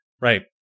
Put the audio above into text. Right